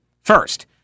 First